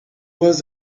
was